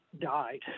died